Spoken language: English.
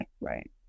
right